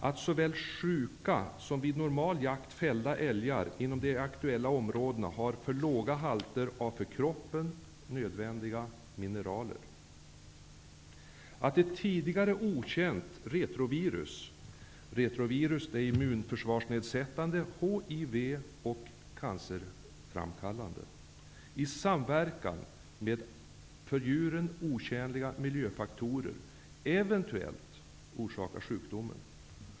Både sjuka älgar och älgar som fällts vid normal jakt inom de aktuella områdena har för låga halter av för kroppen nödvändiga mineraler. Ett tidigare okänt retrovirus orsakar eventuellt sjukdomen i samverkan med för djuren otjänliga miljöfaktorer. Retrovirus är immunförsvarsnedsättande och hiv och cancerframkallande.